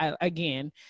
again